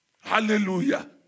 Hallelujah